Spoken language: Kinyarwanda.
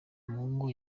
umuhungu